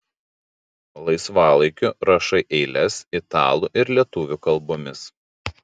laisvalaikiu rašai eiles italų ir lietuvių kalbomis